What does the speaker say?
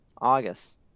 August